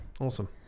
awesome